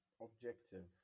objective